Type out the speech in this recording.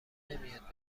نمیاد